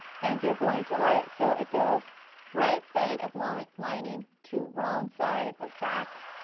and you are going to lay it, so it goes right side of lining lining to wrong side of back.